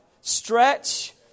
stretch